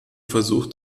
versucht